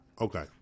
Okay